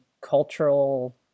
cultural